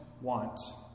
want